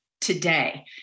today